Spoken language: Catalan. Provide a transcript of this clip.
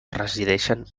resideixen